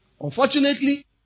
Unfortunately